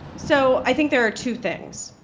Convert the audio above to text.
so i think there are two things.